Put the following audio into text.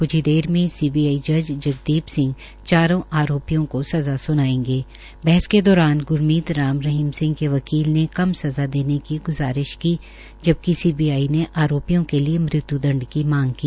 क्छ ही देर में सीबीआई जज जगदीप सिंह ने चारों आरोपियों को सज़ा स्नायेंगे बहस के दौरान ग्रमीत राम रहीम के वकील ने कम सज़ा देने की ग्जारिश की जबकि सीबीआई ने आरोपियों के लिये मृत्यु दंड की मांग की